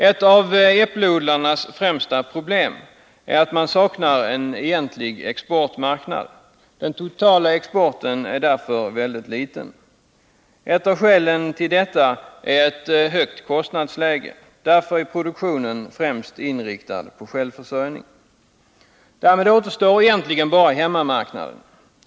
Ett av äppleodlarnas främsta problem är att man saknar en egentlig exportmarknad. Den totala exporten är därför mycket liten. Ett av skälen härtill är ett högt kostnadsläge. Därför är produktionen främst inriktad på självförsörjning. Då återstår egentligen bara hemmamarknaden.